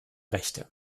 rechte